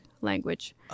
language